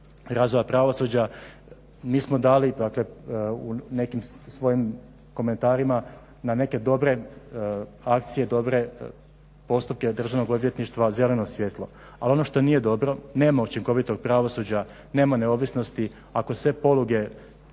razvoja pravosuđa. Mi smo dali dakle u nekim svojim komentarima na neke dobre akcije, dobre postupke Državnog odvjetništva zeleno svjetlo. Ali ono što nije dobro, nema učinkovitog pravosuđa, nema neovisnosti ako sve poluge